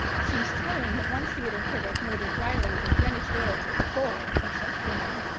it seems telling that one theater critic noted riley that greenwich village was full of such women.